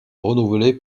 renouvelée